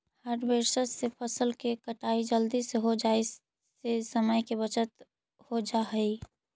harvester से फसल के कटाई जल्दी हो जाई से समय के बहुत बचत हो जाऽ हई